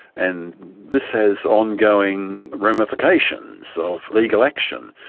and this has ongoing ramifications so of legal action,